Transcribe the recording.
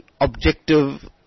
objective